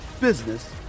business